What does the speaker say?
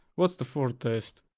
what's the ford test?